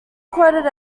quoted